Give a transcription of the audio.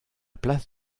place